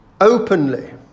openly